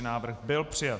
Návrh byl přijat.